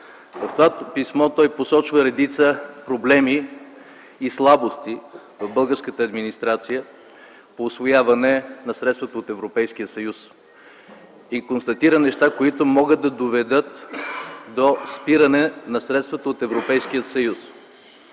В това писмо той посочва редица проблеми и слабости в българската администрация по усвояване на средствата от Европейския съюз и констатира неща, които могат да доведат до спиране на средствата от Европейския съюз.